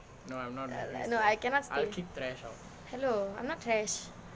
no I cannot stay hello I'm not thrash